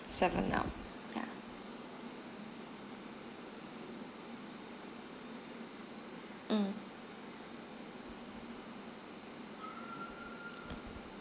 seven up ya mm